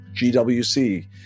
GWC